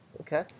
Okay